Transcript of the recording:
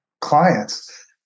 clients